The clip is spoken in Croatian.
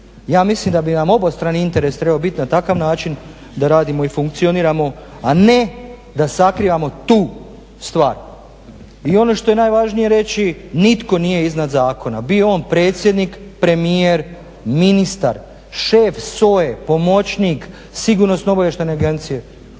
Ja mislim da bi nam obostrani interes trebao biti na takav način da radimo i funkcioniramo, a ne da sakrivamo tu stvar. I ono što je najvažnije reći nitko nije iznad zakona bio on predsjednik, premijer, ministar, šef SOA-e, pomoćnik Sigurnosno-obavještajne agencije,